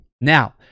Now